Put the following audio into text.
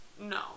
no